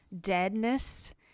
deadness